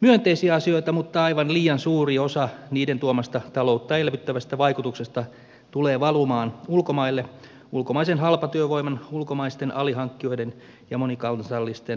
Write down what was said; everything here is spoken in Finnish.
myönteisiä asioita mutta aivan liian suuri osa niiden tuomasta taloutta elvyttävästä vaikutuksesta tulee valumaan ulkomaille ulkomaisen halpatyövoiman ulkomaisten alihankkijoiden ja monikansallisten veroparatiisiyhtiöiden kautta